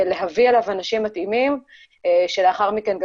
להביא אליו אנשים מתאימים שלאחר מכן גם